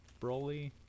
broly